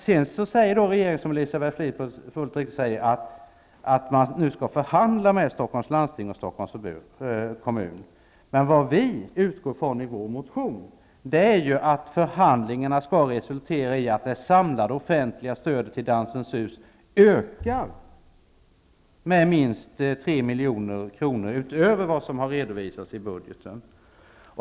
Så säger Elisabeth Fleetwood att man nu skall förhandla med Vad vi utgår från i vår motion är att förhandlingara skall resultera i att det samlade offentliga stödet till Dansens hus ökar med minst 3 milj.kr. utöver vad som redovisas i budgeten.